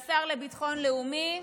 והשר לביטחון לאומי,